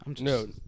No